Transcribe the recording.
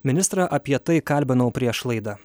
ministrą apie tai kalbinau prieš laidą